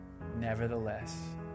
nevertheless